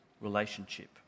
relationship